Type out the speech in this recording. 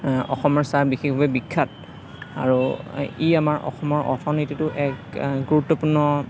অসমৰ চাহ বিশেষভাৱে বিখ্যাত আৰু ই আমাৰ অসমৰ অৰ্থনীতিটো এক গুৰুত্বপূৰ্ণ